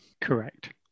correct